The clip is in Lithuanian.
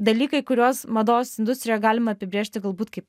dalykai kuriuos mados industrijoje galima apibrėžti galbūt kaip